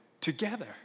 together